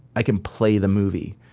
i can play the movie!